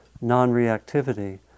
non-reactivity